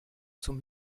zum